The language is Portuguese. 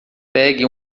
pegue